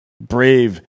Brave